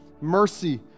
mercy